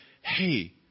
hey